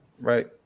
Right